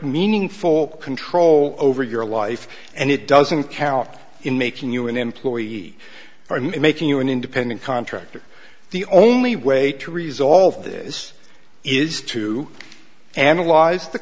meaningful control over your life and it doesn't count in making you an employee or making you an independent contractor the only way to resolve this is to analyze the